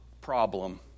problem